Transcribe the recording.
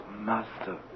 Master